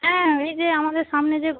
হ্যাঁ এই যে আমাদের সামনে যে